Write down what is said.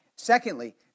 Secondly